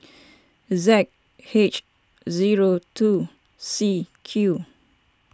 Z H zero two C Q